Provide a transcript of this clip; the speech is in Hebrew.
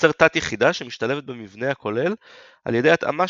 יוצר תת-יחידה שמשתלבת במבנה הכולל על ידי התאמה